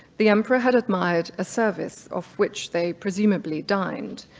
the emperor had admired a service off which they presumably dined,